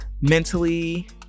mentally